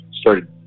started